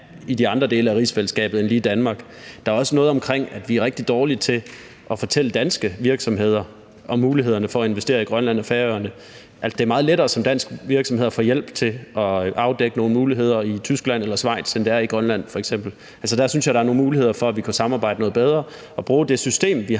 i de andre dele af rigsfællesskabet end lige Danmark. Der er også noget om, at vi er rigtig dårlige til at fortælle danske virksomheder om mulighederne for at investere i Grønland og Færøerne. Det er meget lettere som dansk virksomhed at få hjælp til at afdække nogle muligheder i Tyskland eller Schweiz, end det f.eks. er i Grønland. Der synes jeg der er nogle muligheder for, at vi kunne samarbejde noget bedre og bruge det system, vi har,